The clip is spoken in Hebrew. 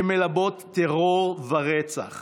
שמלבות טרור ורצח